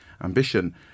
ambition